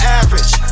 average